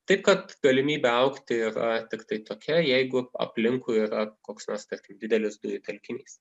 taip kad galimybė augti yra tiktai tokia jeigu aplinkui yra koks nors tarkim didelis dujų telkinys